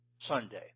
Sunday